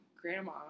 grandma